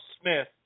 Smith